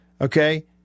Okay